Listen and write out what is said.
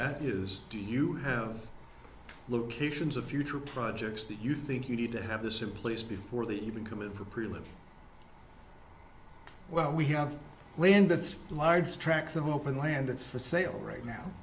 that is do you have locations of future projects that you think you need to have the simplist before they even come in for premium well we have land that large tracts of open land that's for sale right now